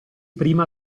prima